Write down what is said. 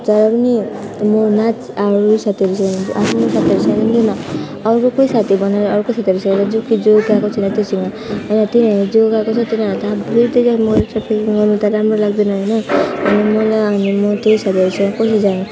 तर पनि म न चाहिँ अरू साथीहरूसँग जान्छु न आफ्नो साथीहरूसँग जान्छु न अरू कोही साथी बनाएरर अर्को साथीहरूसँग कि जो कि जो गएको छैन त्योसँग होइन तिनीहरू जो गएको छ तिनीहरू त फेरि त्यो म ट्राफिकिङ गर्नु त राम्रो लाग्दैन होइन अनि मलाई अनि म त्यो साथीहरूसँग कसरी जानु